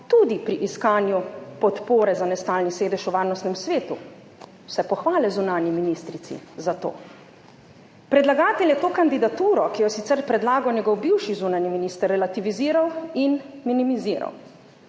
tudi pri iskanju podpore za nestalni sedež v Varnostnem svetu. Vse pohvale zunanji ministrici za to. Predlagatelj je to kandidaturo, ki jo je sicer predlagal njegov bivši zunanji minister, relativiziral in minimiziral.